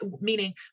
meaning